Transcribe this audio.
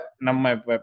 nama